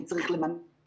מי צריך לממן?